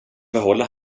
behålla